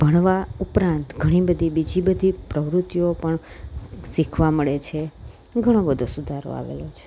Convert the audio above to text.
ભણવા ઉપરાંત ઘણીબધી બીજી બધી પ્રવૃતિઓ પણ શીખવા મળે છે ઘણો બધો સુધારો આવ્યો છે